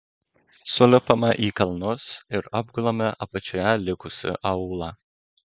sulipame į kalnus ir apgulame apačioje likusį aūlą